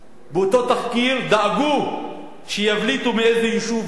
באותו תחקיר דאגו שיבליטו מאיזה יישוב הוא.